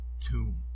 tomb